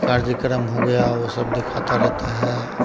कार्यक्रम हो गया ओ सब देखाता रहता है